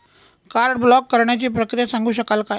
Card block करण्याची प्रक्रिया सांगू शकाल काय?